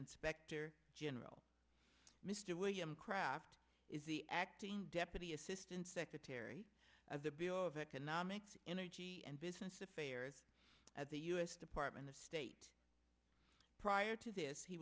inspector general mr william kraft is the acting deputy assistant secretary of the bureau of economics energy and business affairs at the u s department of state prior to this he